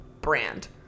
brand